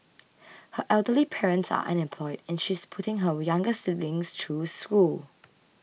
her elderly parents are unemployed and she's putting her younger siblings ture school